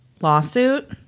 lawsuit